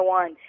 one